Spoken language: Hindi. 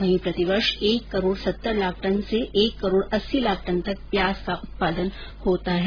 वहीं प्रतिवर्ष एक करोड़ सत्तर लाख टन से एक करोड़ अस्सी लाख टन तक प्याज का उत्पादन होता है